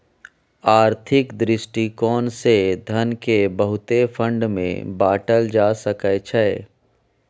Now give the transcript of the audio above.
आर्थिक दृष्टिकोण से धन केँ बहुते फंड मे बाटल जा सकइ छै